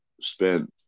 spent